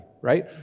right